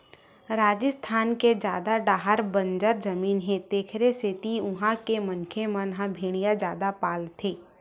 राजिस्थान के जादा डाहर बंजर जमीन हे तेखरे सेती उहां के मनखे मन ह भेड़िया जादा पालथे